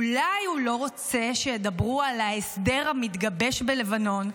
אולי הוא לא רוצה שידברו על ההסדר המתגבש בלבנון,